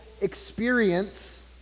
experience